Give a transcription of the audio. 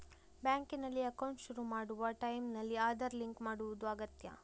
ಬ್ಯಾಂಕಿನಲ್ಲಿ ಅಕೌಂಟ್ ಶುರು ಮಾಡುವ ಟೈಂನಲ್ಲಿ ಆಧಾರ್ ಲಿಂಕ್ ಮಾಡುದು ಅಗತ್ಯ